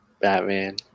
Batman